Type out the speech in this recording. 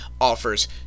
offers